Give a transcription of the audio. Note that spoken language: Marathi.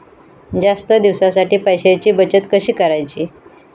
जास्त दिवसांसाठी पैशांची बचत कशी करायची?